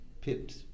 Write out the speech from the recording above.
pipped